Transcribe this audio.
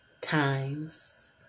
times